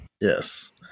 Yes